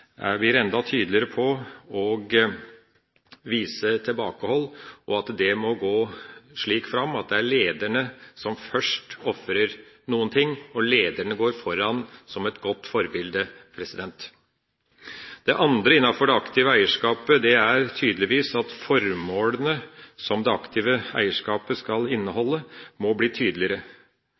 enda tydeligere på – viser tilbakehold. Det må gå slik fram at det er lederne som først ofrer noe, og at lederne går foran som et godt forbilde. Det andre innenfor det aktive eierskapet er tydeligvis at formålene som det aktive eierskapet skal ha, må bli tydeligere.